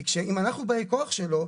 כי אם אנחנו באי כוח שלו,